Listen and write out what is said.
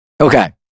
Okay